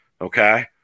okay